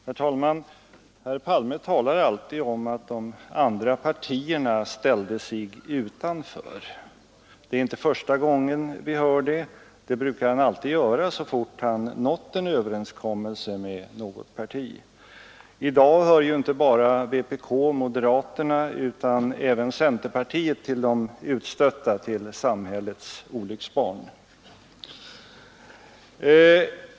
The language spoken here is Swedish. Herr talman! Herr Palme säger att de andra partierna ”ställde sig utanför”. Det är inte första gången vi hör det, det brukar han alltid göra så fort han nått en överenskommelse med något parti. I dag hör inte bara vpk och moderaterna utan även centerpartiet till de utstötta, till samhällets olycksbarn.